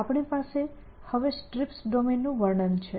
આપણી પાસે હવે STRIPS ડોમેન્સ નું વર્ણન છે